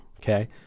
okay